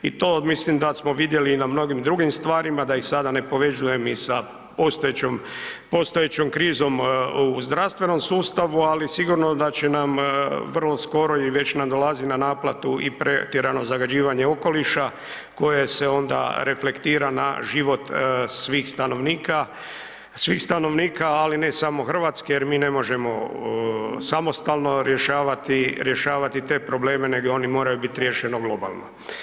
I to mislim da smo vidjeli i na mnogim drugim stvarima da ih sada ne povezujem i sa postojećom krizom u zdravstvenom sustavu, ali sigurno da će nam vrlo skoro i već nam dolazi na naplatu i pretjerano zagađivanje okoliša koje se onda reflektira na život svih stanovnika, svih stanovnika ali ne samo Hrvatske jer mi ne možemo samostalno rješavati te probleme nego oni moraju biti riješeno globalno.